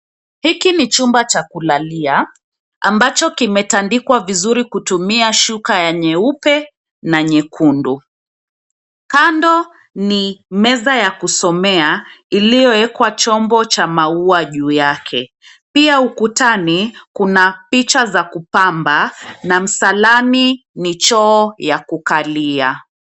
Hiki ni chumba cha kula, ambacho kimetandikwa vizuri kutumia shuka ya nyeupe na nyekundu. Kando ni meza ya kusomea iliyowekwa chombo cha maua juu yake. Pia ukutani kuna picha za kupamba na msalani ni choo ya kukalia.